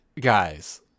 guys